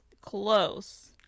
Close